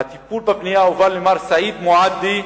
הטיפול בפנייה הועבר למר סעיד מועדי,